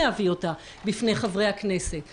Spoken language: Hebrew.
זה נקבע בעניינו של חבר הכנסת בשארה.